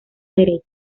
derecha